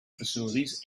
facilities